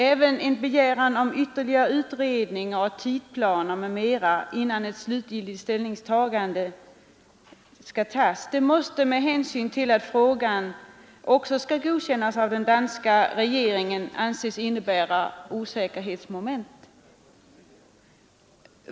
Även en begäran om ytterligare utredning av tidplaner m.m. innan ett slutgiltigt ställningstagande skall ske måste med hänsyn till att avtalen också skall godkännas av den danska regeringen anses innebära osäkerhetsmoment.